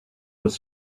was